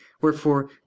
Wherefore